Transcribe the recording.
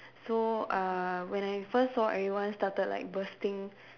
so uh when I first saw everyone started like bursting